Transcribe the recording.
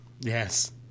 Yes